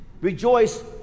Rejoice